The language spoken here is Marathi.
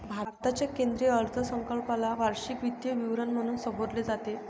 भारताच्या केंद्रीय अर्थसंकल्पाला वार्षिक वित्तीय विवरण म्हणून संबोधले जाते